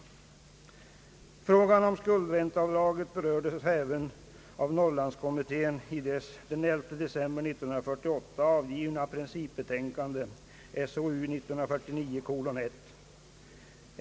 Frågan om skuldränteavdraget berördes även av Norrlandskommittén i dess den 11 december 1948 avgivna principbetänkande .